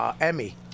Emmy